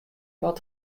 wat